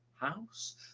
house